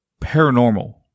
paranormal